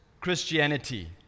Christianity